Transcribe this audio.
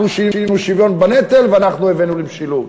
אנחנו שינינו בשוויון בנטל ואנחנו הבאנו למשילות.